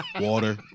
Water